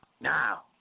Now